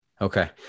Okay